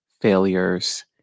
failures